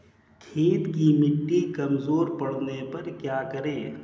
खेत की मिटी कमजोर पड़ने पर क्या करें?